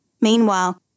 Meanwhile